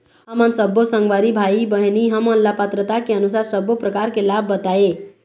हमन सब्बो संगवारी भाई बहिनी हमन ला पात्रता के अनुसार सब्बो प्रकार के लाभ बताए?